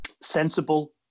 sensible